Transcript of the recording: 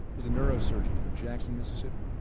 he's a neurosurgeon in jackson, miss.